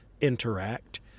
interact